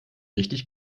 richtig